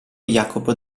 jacopo